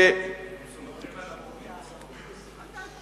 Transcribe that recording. הם סומכים על המורים בתוך בית-הספר.